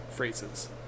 phrases